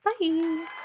Bye